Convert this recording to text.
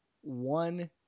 one